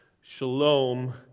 Shalom